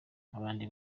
nk’abandi